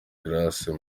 grace